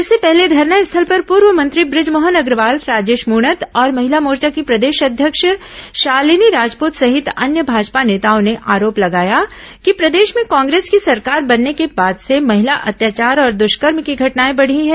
इससे पहले धरनास्थल पर पूर्व मंत्री ब्रजमोहन अग्रवाल राजेश मूणत और महिला मोर्चा की प्रदेश अध्यक्ष शालिनी राजपूत सहित अन्य भाजपा नेताओं ने आरोप लगाया कि प्रदेश में कांग्रेस की सरकार बनने के बाद से महिला अत्याचार और दुष्कर्म की घटनाए बढ़ी हैं